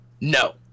no